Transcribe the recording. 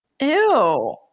Ew